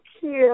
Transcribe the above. cute